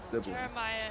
Jeremiah